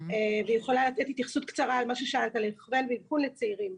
והיא יכולה לתת התייחסות קצרה על מה ששאלת על הכוון ואבחון לצעירים.